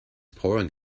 pouring